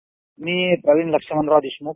बार्डट मी प्रवीण लक्ष्मणराव देशमुख